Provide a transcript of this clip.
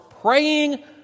praying